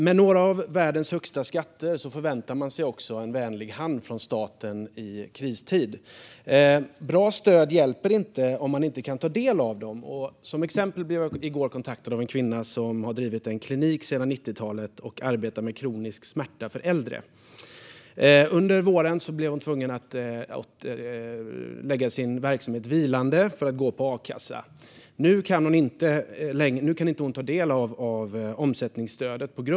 Med några av världens högsta skatter förväntar man sig en vänlig hand från staten i kristid. Bra stöd hjälper dock inte om man inte kan ta del av dem. Jag blev till exempel i går kontaktad av en kvinna som sedan 90-talet har drivit en klinik där hon arbetar med kronisk smärta hos äldre. Under våren blev hon tvungen att låta sin verksamhet vila för att kunna gå på akassa. På grund av att hon hade a-kassa kan hon nu inte ta del av omsättningsstödet.